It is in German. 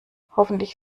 hoffentlich